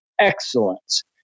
excellence